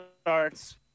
starts